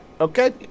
okay